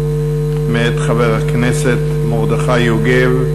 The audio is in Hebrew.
מאת חבר הכנסת מרדכי יוגב,